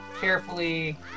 carefully